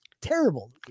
terrible